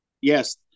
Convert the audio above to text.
Yes